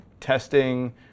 testing